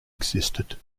existed